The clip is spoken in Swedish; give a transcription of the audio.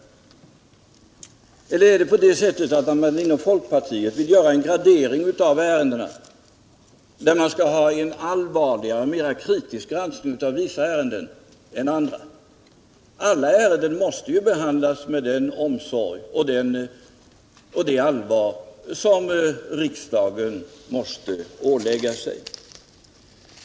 Eller är det på det sättet att man inom folkpartiet vill göra en gradering av ärendena, där man skall ha en allvarligare, mera kritisk granskning av vissa ärenden än av andra? Alla ärenden måste ju behandlas med den omsorg och det allvar som riksdagen måste ålägga sig.